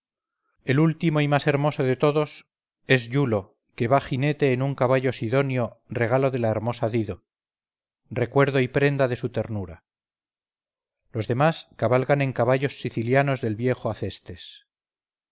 el último y el más hermoso de todos en iulo que va jinete en un caballo sidonio regalo de la hermosa dido recuerdo y prenda de su ternura los demás cabalgaban en caballos sicilianos del viejo acestes